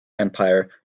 empire